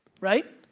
right?